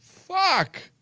fuck.